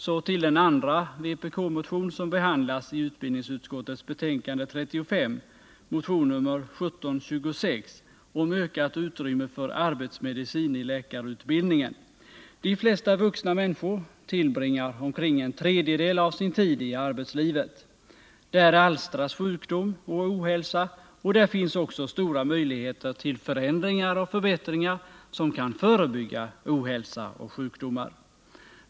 Så till den andra vpk-motion som behandlas i utbildningsutskottets betänkande 35, motion 1726 om ökat utrymme för arbetsmedicin i läkarutbildningen. De flesta vuxna människor tillbringar omkring en tredjedel av sin tid i arbetslivet. Där alstras sjukdom och ohälsa, och där finns också stora möjligheter till förändringar och förbättringar som kan förebygga ohälsa och sjukdomar.